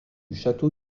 château